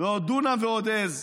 ועוד דונם ועוד עז,